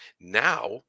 Now